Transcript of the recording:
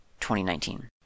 2019